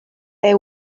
they